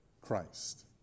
Christ